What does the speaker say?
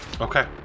Okay